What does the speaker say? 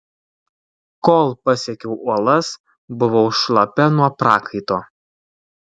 kol pasiekiau uolas buvau šlapia nuo prakaito